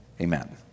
Amen